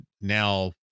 now